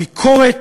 הביקורת